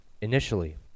Initially